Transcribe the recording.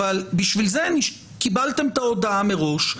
אבל בשביל זה קיבלתם את ההודעה מראש.